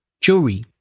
jewelry